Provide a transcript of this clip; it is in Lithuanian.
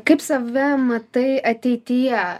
kaip save matai ateityje